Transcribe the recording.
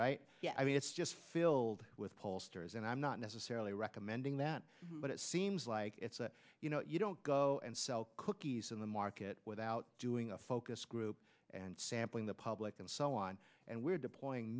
right i mean it's just filled with pollsters and i'm not necessarily recommending that but it seems like it's you know you don't go and sell cookies in the market without doing a focus group and sampling the public and so on and we're deploying